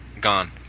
gone